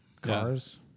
cars